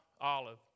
olive